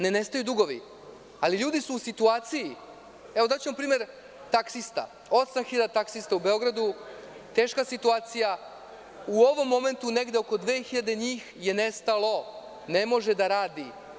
Ne nestaju dugovi, ali ljudi su u situaciji, daću vam primer taksista – 8.000 taksista u Beogradu, teška situacija, u ovom momentu negde oko 2.000 njih je nestalo, ne može da radi.